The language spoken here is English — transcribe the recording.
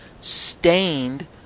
stained